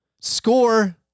score